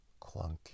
clunky